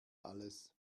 alles